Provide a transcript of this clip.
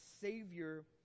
Savior